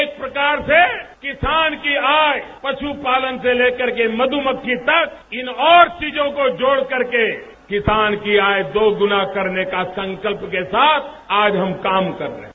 एक प्रकार से किसान की आय पशुपालन से लेकर के मधुमक्खी तक इन और चीजों को जोड़कर के किसान की आय दोगुना करने के संकल्प के साथ आज हम काम कर रहे हैं